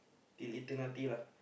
till eternity lah